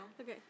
Okay